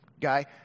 guy